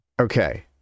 Okay